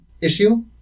issue